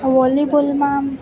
વોલીબોલમાં